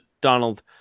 Donald